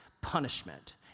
punishment